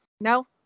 No